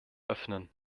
öffnen